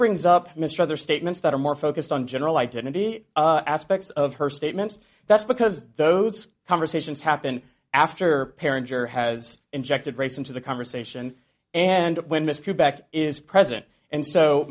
brings up mr other statements that are more focused on general identity aspects of her statements that's because those conversations happen after parent or has injected race into the conversation and when mr back is present and so